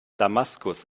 damaskus